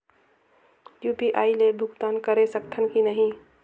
UPI ले भुगतान करे सकथन कि नहीं?